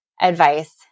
advice